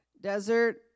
desert